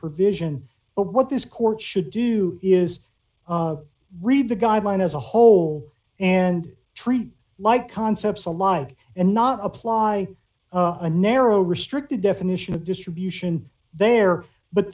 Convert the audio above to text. provision but what this court should do is read the guidelines as a whole and treat like concepts a like and not apply a narrow restricted definition of distribution there but